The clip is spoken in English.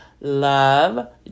love